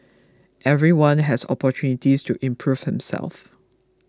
everyone has opportunities to improve himself